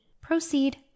proceed